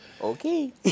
Okay